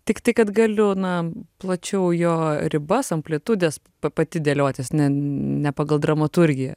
tiktai kad galiu na plačiau jo ribas amplitudes pa pati dėliotis ne pagal dramaturgiją